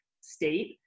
state